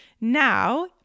Now